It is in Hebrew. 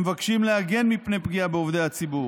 מבקשים להגן מפני פגיעה בעובדי הציבור.